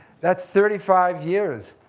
that's thirty five years